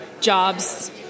jobs